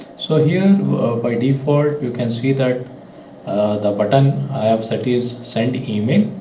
so here by default you can see that the button i have set is send email.